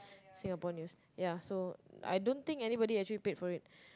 Singapore News ya so I don't think anybody actually paid for it